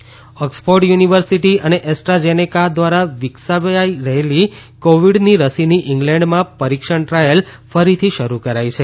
Covid રસી Oxford University અને AstraZeneca દ્વારા વિકસાઇ રહેલી કોવિડની રસીની ઇંગ્લેન્ડમાં પરીક્ષણ ટ્રાયલ ફરીથી શરૂ કરાઇ છે